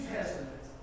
Testament